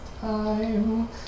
time